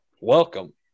Welcome